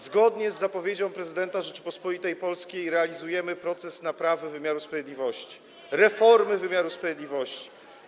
Zgodnie z zapowiedzią prezydenta Rzeczypospolitej Polskiej realizujemy proces naprawy wymiaru sprawiedliwości, reformy wymiaru sprawiedliwości.